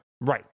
right